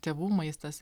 tėvų maistas